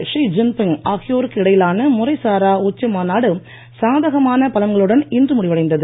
she Jinping ஆகியோருக்கு இடையிலான முறைசாரா உச்சி மாநாடு சாதகமான பலன்களுடன் இன்று முடிவடைந்தது